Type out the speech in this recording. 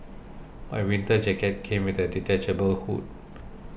my winter jacket came with a detachable hood